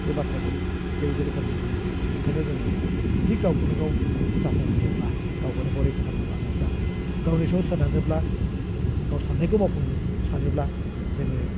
बे बाथ्राखौ बेबायदि रोखोमनि बुंदों नंखायनो जोङो जुदि गावखौनो गाव जाफुंहोनोब्ला गावखौनोगाव रैखा खालामना लानोब्ला गावनि सायाव सोनारनोब्ला गाव सान्नायखौ मावफुंनो सानोब्ला जोङो